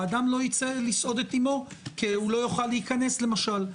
האדם לא ייצא לסעוד את אימו כי לא יוכל להיכנס למשל.